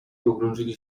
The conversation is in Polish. pogrążyli